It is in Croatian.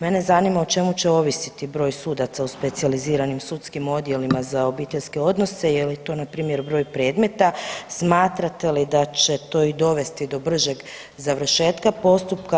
Mene zanima o čemu će ovisiti broj sudaca u specijaliziranim sudskim odjelima za obiteljske odnose, je li to npr. broj predmeta, smatrate li da će to i dovesti do bržeg završetka postupka?